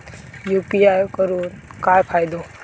UPI करून काय फायदो?